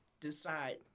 decide